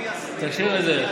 תשאיר את זה.